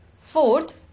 Fourth